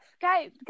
guys